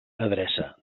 adreça